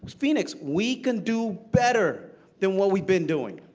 phoenix, we can do better than what we've been doing.